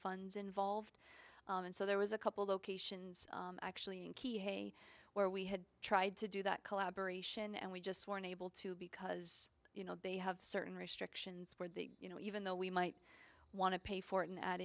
funds involved and so there was a couple locations actually in key hay where we had tried to do that collaboration and we just weren't able to because you know they have certain restrictions where they you know even though we might want to pay for it and